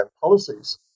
policies